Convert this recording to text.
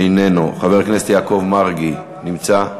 איננו, חבר הכנסת יעקב מרגי נמצא?